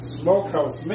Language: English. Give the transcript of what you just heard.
smokehouse